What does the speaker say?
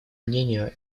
мнению